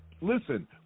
listen